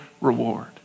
reward